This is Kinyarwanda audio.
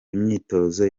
imyitozo